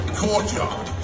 courtyard